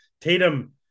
Tatum